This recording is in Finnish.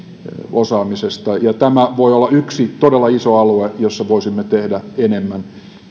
osaamisesta ja tämä voi olla yksi todella iso alue jolla voisimme tehdä enemmän